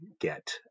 get